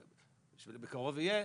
בקרוב יהיה,